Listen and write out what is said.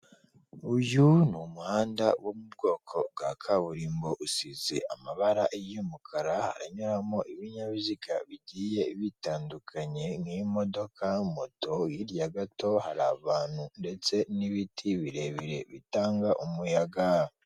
Uyu ni umuhanda wo mu bwoko bwa kaburimbo usize amabara y'umukara anyuramo ibinyabiziga bigiye bitandukanye nk'imodoka, moto, hirya gato hari abantu ndetse n'ibiti birebire bitanga umuyaga.